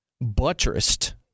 buttressed